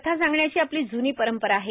कथा सांगण्याची आपली जुनी परंपरा आहे